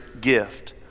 gift